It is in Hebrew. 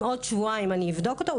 אם עוד שבועיים אני אבדוק אותו,